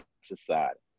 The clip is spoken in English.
society